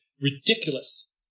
ridiculous